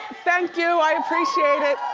thank you, i appreciate it.